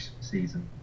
season